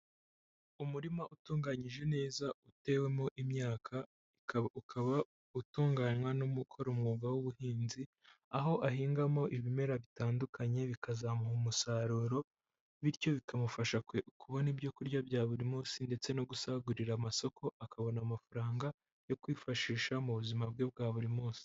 Umurima utunganyije neza utewemo imyakaba, ukaba utunganywa numuntu ukora umwuga w'ubuhinzi, aho ahingamo ibimera bitandukanye bikazamuha umusaruro, bityo bikamufasha kubona ibyokurya bya buri munsi, ndetse no gusagurira amasoko, akabona amafaranga yo kwifashisha mu buzima bwe bwa buri munsi.